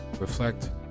reflect